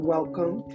Welcome